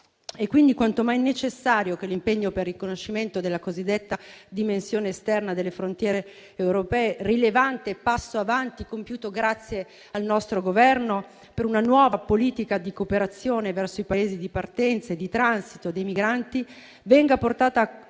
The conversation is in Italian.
È quindi quanto mai è necessario che l'impegno per il riconoscimento della cosiddetta dimensione esterna delle frontiere europee, rilevante passo in avanti compiuto grazie al nostro Governo per una nuova politica di cooperazione verso i Paesi di partenza e di transito dei migranti, venga concretizzata